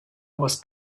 was